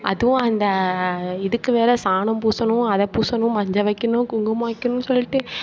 அதுவும் அந்த இதுக்கு வேறே சாணம் பூசணும் அதை பூசணும் மஞ்சள் வைக்கணும் குங்குமம் வைக்கணும் சொல்லிவிட்டு